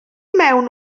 mewn